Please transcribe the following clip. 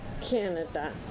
Canada